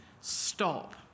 stop